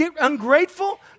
ungrateful